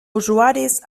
usuaris